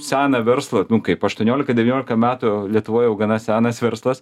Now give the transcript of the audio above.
seną verslą nu kaip aštuoniolika devyniolika metų lietuvoj jau gana senas verslas